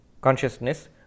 consciousness